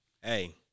Hey